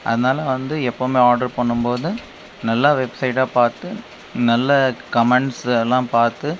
அதனால் வந்து எப்போதுமே ஆர்டர் பண்ணும்போது நல்லா வெப்சைட்டாக பார்த்து நல்ல கமெண்ட்ஸ் எல்லாம் பார்த்து